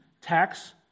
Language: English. tax